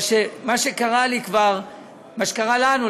מה שקרה לנו,